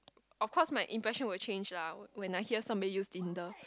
of course my impression were change lah when I hear somebody use in the